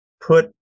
put